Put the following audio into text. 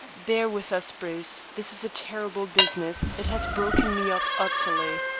bear with us, bruce. this is a terrible business. it has broken me up utterly.